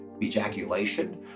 ejaculation